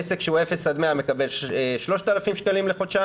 עסק שהוא אפס עד 100 מקבל 3,000 שקלים לחודשיים,